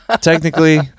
technically